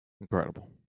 incredible